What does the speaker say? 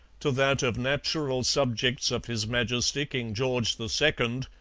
to that of natural subjects of his majesty king george the second,